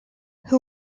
who